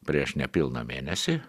prieš nepilną mėnesį